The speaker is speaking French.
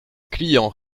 client